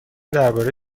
درباره